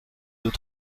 deux